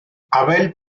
abel